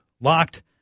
locked